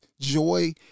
joy